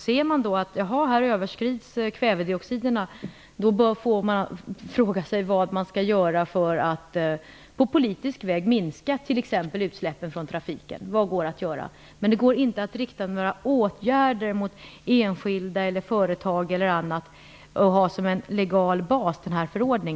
Ser man att kvävedioxiderna överskrids får man fråga sig vad man på politisk väg skall göra för att minska t.ex. utsläppen från trafiken. Vad går att göra? Men det går inte att använda förordningen som en legal bas för att rikta åtgärder mot enskilda eller företag.